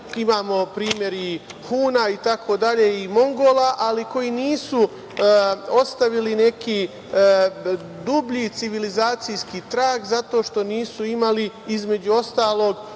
imamo primer Huna, Mongola, itd, ali koji nisu ostavili neki dublji civilizacijski trag, zato što nisu imali, između ostalog,